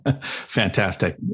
Fantastic